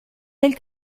del